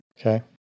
Okay